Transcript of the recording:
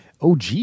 OG